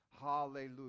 Hallelujah